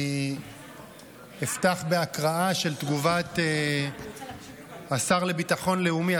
אני אפתח בהקראה של תגובת השר לביטחון לאומי,